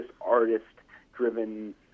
artist-driven